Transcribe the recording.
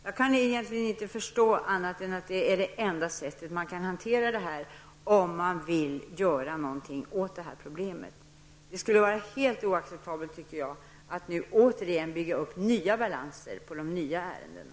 Jag kan inte förstå annat än att det är det enda sätt som man kan hantera det här på, om man vill göra någonting åt problemet. Det skulle vara helt oacceptabelt, tycker jag, att nu återigen bygga upp nya balanser med de nya ärendena.